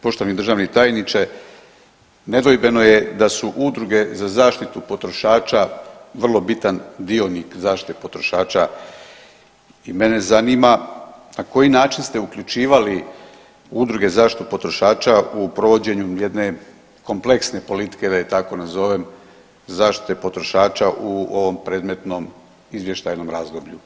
Poštovani državni tajniče, nedvojbeno je da su udruge za zaštitu potrošača vrlo bitan dionik zaštite potrošača i mene zanima na koji način ste uključivali udruge za zaštitu potrošača u provođenju jedne kompleksne politike, da je tako nazovem, zaštite potrošača u ovom predmetnom izvještajnom razdoblju?